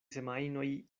semajnoj